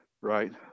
right